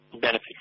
benefit